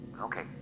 Okay